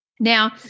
Now